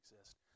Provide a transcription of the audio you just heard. exist